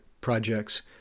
projects